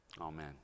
Amen